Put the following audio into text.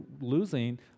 losing